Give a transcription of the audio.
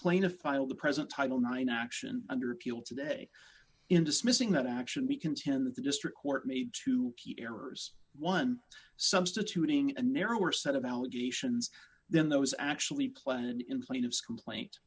plaintiff filed the present title nine action under appeal today in dismissing that action we contend that the district court made two key errors one substituting a narrower set of allegations then those actually claimed in the plaintiff's complaint